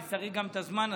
אני צריך גם את הזמן הזה.